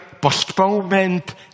postponement